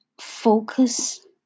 focus